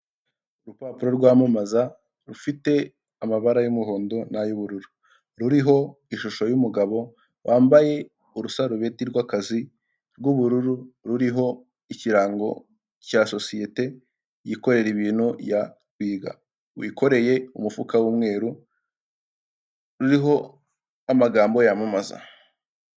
Urupapuro rwamamaza rufite amabara y'umuhondo n'ay'ubururu, ruriho ishusho y'umugabo wambaye urusarubeti rwakazi rw'ubururu ruriho ikirango cya sosiyete yikorera ibintu ya twiga, wikoreye umufuka w'umweru ruriho amagambo yamamaza.